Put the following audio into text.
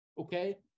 Okay